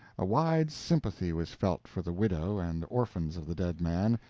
a wide sympathy was felt for the widow and orphans of the dead man,